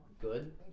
good